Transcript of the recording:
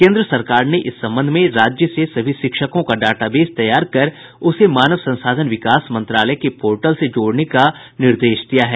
केंद्र सरकार ने इस संबंध में राज्य से सभी शिक्षकों का डाटाबेस तैयार कर उसे मानव संसाधन विकास मंत्रालय के पोर्टल से जोड़ने का निर्देश दिया है